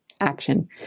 action